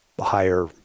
Higher